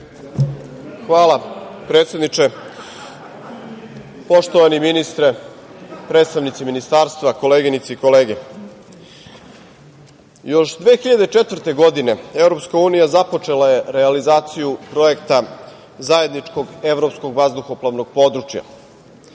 Hvala, predsedniče. Poštovani ministre, predstavnici Ministarstva, koleginice i kolege, još 2004. godine Evropska unija započela je realizaciju projekta Zajedničkog evropskog vazduhoplovnog područja.